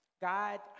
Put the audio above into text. God—